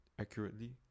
accurately